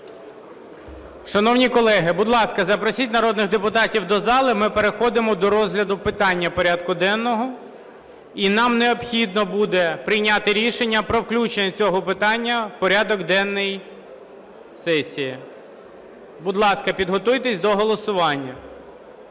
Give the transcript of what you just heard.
Шановні колеги! Будь ласка, запросіть народних депутатів до зали, ми переходимо до розгляду питань порядку денного, і нам необхідно буде прийняти рішення про включення цього питання в порядок денний сесії. Будь ласка, підготуйтесь до голосування.